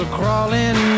crawling